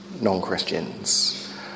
non-Christians